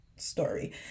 story